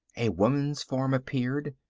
a woman's form appeared.